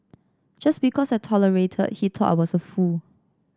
just because I tolerated he thought I was a fool